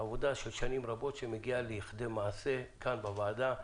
עבודה של שנים רבות שמגיעה לכדי מעשה כאן בוועדה.